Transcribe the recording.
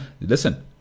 listen